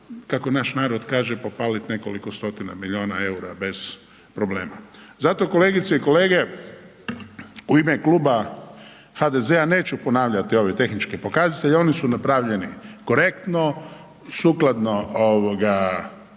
kako naš narod kaže, popalit nekoliko stotina milijuna EUR-a bez problema. Zato kolegice i kolege u ime Kluba HDZ-a neću ponavljati ove tehničke pokazatelje, oni su napravljeni korektno, sukladno